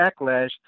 backlash